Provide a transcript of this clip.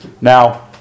Now